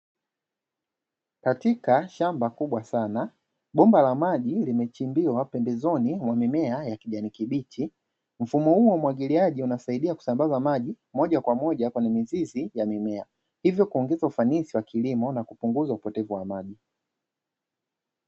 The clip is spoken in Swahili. Katika shamba kubwa sana, bomba la maji limechimbiwa pembezoni mwa mimea ya kijani kibichi, mfumo huu wa umwagiliaji unasaidia kusambaza maji moja kwa moja kwenye mizizi ya mimea, hivyo kuongeza ufanisi wa kilimo na kupunguza upotevu wa maji.